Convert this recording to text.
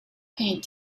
paint